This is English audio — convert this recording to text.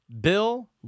Bill